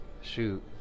Shoot